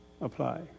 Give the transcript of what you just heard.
apply